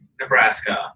Nebraska